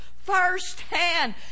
firsthand